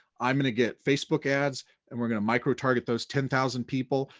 i'm gonna get facebook ads and we're gonna micro target those ten thousand people,